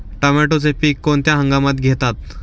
टोमॅटोचे पीक कोणत्या हंगामात घेतात?